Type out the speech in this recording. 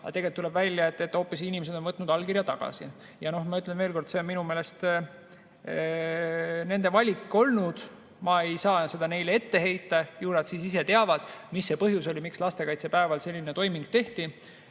aga tegelikult tuleb välja, et inimesed on hoopis võtnud allkirja tagasi. Ma ütlen veel kord, et see on minu meelest nende valik olnud. Ma ei saa seda neile ette heita, ju nad siis ise teavad, mis see põhjus oli, miks lastekaitsepäeval selline toiming tehti.